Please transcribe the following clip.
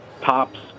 Tops